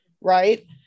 right